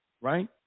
Right